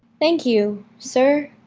thank you, sir,